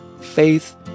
faith